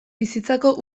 bizitzako